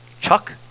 Chuck